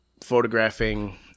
photographing